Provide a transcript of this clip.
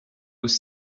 was